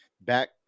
back